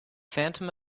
phantom